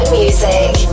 music